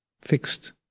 fixed